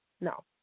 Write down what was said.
No